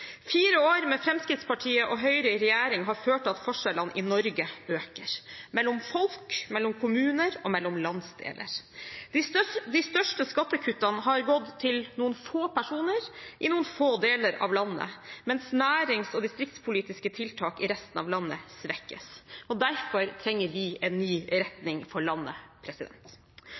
Fire år med Fremskrittspartiet og Høyre i regjering har ført til at forskjellene i Norge øker – mellom folk, mellom kommuner og mellom landsdeler. De største skattekuttene har gått til noen få personer i noen få deler av landet, mens nærings- og distriktspolitiske tiltak i resten av landet svekkes. Derfor trenger vi en ny retning for landet.